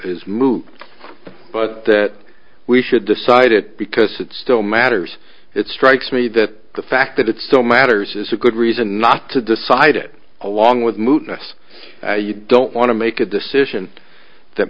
is moot but that we should decide it because it still matters it strikes me that the fact that it's so matters is a good reason not to decide it along with mootness you don't want to make a decision that